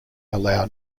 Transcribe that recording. allow